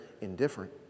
indifferent